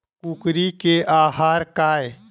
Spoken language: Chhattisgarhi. कुकरी के आहार काय?